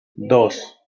dos